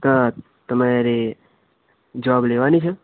તો તો તમારે જોબ લેવાની છે